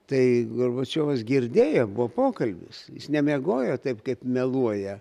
tai gorbačiovas girdėjo buvo pokalbis jis nemiegojo taip kaip meluoja